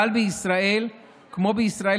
אבל בישראל כמו בישראל,